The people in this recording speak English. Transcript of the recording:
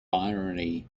irony